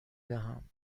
دهم